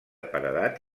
paredat